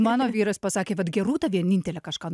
mano vyras pasakė vat gerūta vienintelė kažką